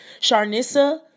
Sharnissa